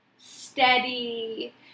steady